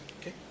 Okay